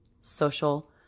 social